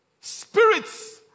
Spirits